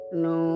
no